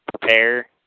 prepare